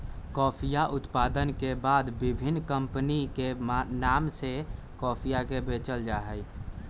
कॉफीया उत्पादन के बाद विभिन्न कमपनी के नाम से कॉफीया के बेचल जाहई